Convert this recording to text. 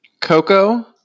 Coco